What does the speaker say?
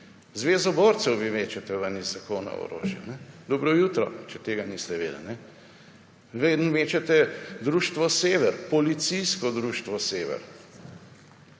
Zvezo borcev vi mečete ven iz Zakona o orožju. Dobro jutro, če tega niste vedeli. Ven mečete Društvo Sever, policijsko društvo Sever.